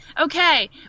Okay